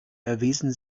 erwiesen